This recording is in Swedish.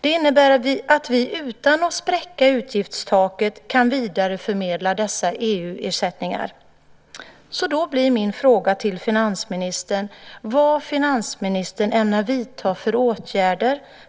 Det innebär att vi utan att spräcka utgiftstaket kan vidareförmedla dessa EU-ersättningar. Då blir min fråga till finansministern vilka åtgärder finansministern ämnar vidta